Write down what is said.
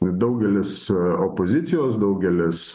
ir daugelis opozicijos daugelis